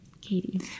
Katie